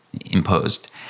imposed